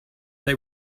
they